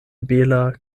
bela